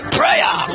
prayer